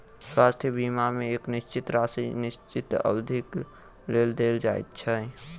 स्वास्थ्य बीमा मे एक निश्चित राशि निश्चित अवधिक लेल देल जाइत छै